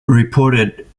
reported